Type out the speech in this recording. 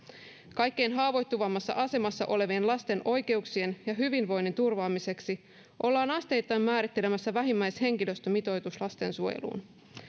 kaikkein haavoittuvimmassa asemassa olevien lasten oikeuksien ja hyvinvoinnin turvaamiseksi ollaan asteittain määrittelemässä vähimmäishenkilöstömitoitus lastensuojeluun